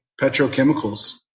petrochemicals